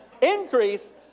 Increase